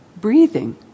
breathing